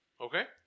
Okay